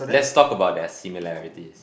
let's talk about their similarities